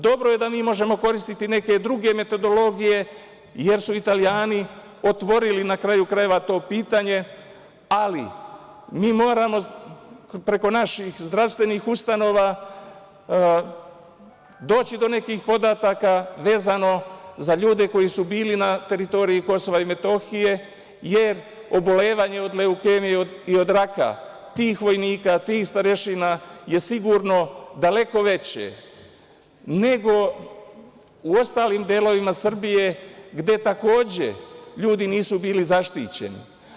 Dobro je da mi možemo koristiti neke druge metodologije, jer su Italijani otvorili, na kraju krajeva, to pitanje, ali mi moramo preko naših zdravstvenih ustanova doći do nekih podataka vezano za ljude koji su bili na teritoriji Kosova i Metohije, jer obolevanje od leukemije i od raka tih vojnika, tih starešina je sigurno daleko veće nego u ostalim delovima Srbije, gde takođe ljudi nisu bili zaštićeni.